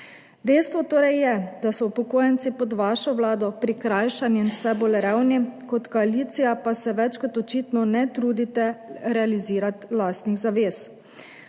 Dejstvo je torej, da so upokojenci pod vašo vlado prikrajšani in vse bolj revni, kot koalicija pa se več kot očitno ne trudite realizirati lastnih zavez.